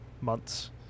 months